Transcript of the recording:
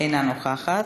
אינה נוכחת,